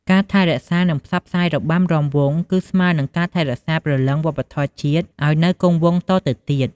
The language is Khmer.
ការថែរក្សា និងផ្សព្វផ្សាយរបាំរាំវង់ គឺស្មើនឹងការថែរក្សាព្រលឹងវប្បធម៌ជាតិឲ្យនៅគង់វង្សតទៅ។